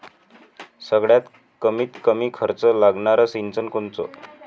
सगळ्यात कमीत कमी खर्च लागनारं सिंचन कोनचं?